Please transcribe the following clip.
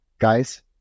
guys